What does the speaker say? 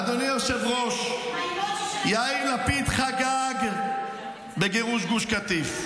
אדוני היושב-ראש, יאיר לפיד חגג בגירוש גוש קטיף,